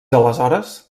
aleshores